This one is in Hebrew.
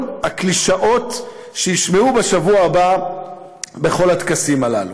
הקלישאות שיישמעו בשבוע הבא בכל הטקסים הללו.